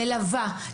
מלווה,